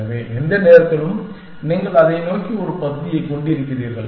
எனவே எந்த நேரத்திலும் நீங்கள் அதை நோக்கி ஒரு பகுதியைக் கொண்டிருக்கிறீர்கள்